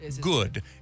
Good